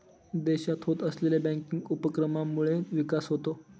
देशात होत असलेल्या बँकिंग उपक्रमांमुळे विकास होतो